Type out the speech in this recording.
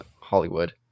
Hollywood